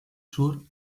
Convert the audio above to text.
sur